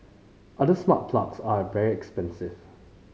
other smart plugs are very expensive